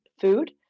food